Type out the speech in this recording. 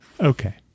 Okay